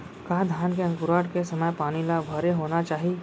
का धान के अंकुरण के समय पानी ल भरे होना चाही?